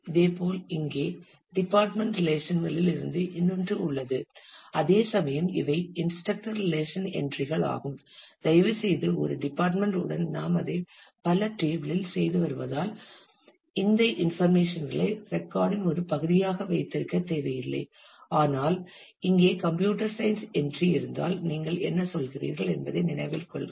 இதேபோல் இங்கே department relation களில் இருந்து இன்னொன்று உள்ளது அதேசமயம் இவை இன்ஸ்ரக்டர் ரிலேஷன் என்றிகள் ஆகும் தயவுசெய்து ஒரு டிபார்ட்மெண்ட் உடன் நாம் அதை பல டேபிள் இல் செய்து வருவதால் இந்த இன்ஃபர்மேஷன் களை ரெக்கார்ட் இன் ஒரு பகுதியாக வைத்திருக்க தேவையில்லை ஆனால் இங்கே கம்ப்யூட்டர் சயின்ஸ் என்றி இருந்தால் நீங்கள் என்ன சொல்கிறீர்கள் என்பதை நினைவில் கொள்க